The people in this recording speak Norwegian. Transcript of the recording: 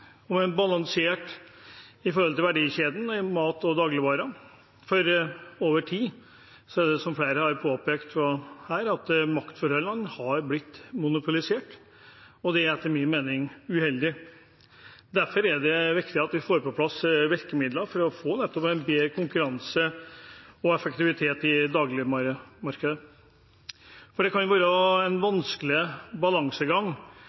balansert i forhold til verdikjeden for mat og dagligvarer, for over tid har, som flere har påpekt her, maktforholdene blitt monopolisert, og det er etter min mening uheldig. Derfor er det viktig at vi får på plass virkemidler for å få nettopp en bedre konkurranse og effektivitet i dagligvaremarkedet. Det kan være en vanskelig balansegang